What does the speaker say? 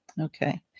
Okay